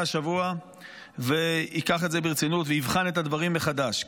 השבוע וייקח את זה ברצינות ויבחן את הדברים מחדש.